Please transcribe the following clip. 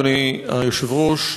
אדוני היושב-ראש,